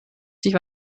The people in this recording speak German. sich